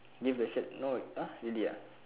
give the sad note uh really ya